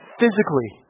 physically